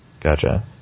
Gotcha